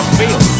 feel